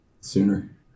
sooner